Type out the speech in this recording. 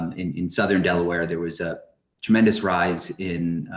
um in in southern delaware there was a tremendous rise in